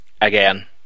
again